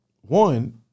one